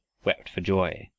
wept for joy,